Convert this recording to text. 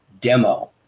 Demo